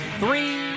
Three